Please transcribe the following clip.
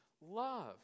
love